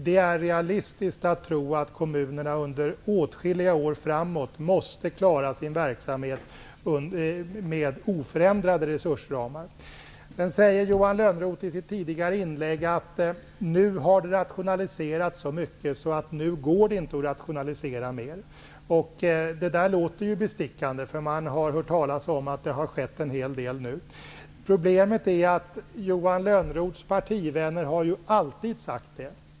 Det är realistiskt att tro att kommunerna under åtskilliga år framöver måste klara sin verksamhet med oförändrade resursramar. Johan Lönnroth sade i sitt tidigare inlägg att det nu har rationaliserats så mycket att det inte går att rationalisera mer. Det låter ju bestickande, eftersom man har hört talas om att det har skett en hel del nu. Problemet är att Johan Lönnroths partivänner alltid har sagt detta.